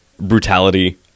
brutality